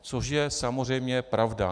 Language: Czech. Což je samozřejmě pravda.